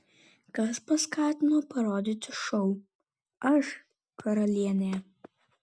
kas paskatino parodyti šou aš karalienė